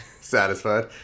Satisfied